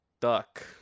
duck